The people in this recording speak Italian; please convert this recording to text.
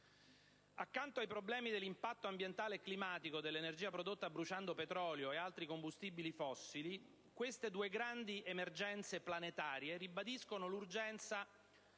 Accanto ai problemi dell'impatto ambientale e climatico dell'energia prodotta bruciando petrolio ed altri combustibili fossili, queste due grandi emergenze planetarie ribadiscono l'urgenza